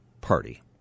party